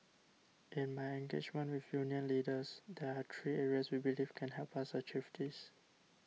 in my engagement with union leaders there are three areas we believe can help us achieve this